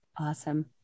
awesome